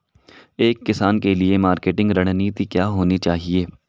एक किसान के लिए मार्केटिंग रणनीति क्या होनी चाहिए?